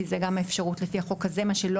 כי זו גם אפשרות לפי החוק הזה מה שלא